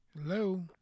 Hello